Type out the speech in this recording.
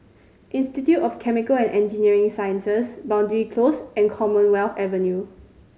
Institute of Chemical and Engineering Sciences Boundary Close and Commonwealth Avenue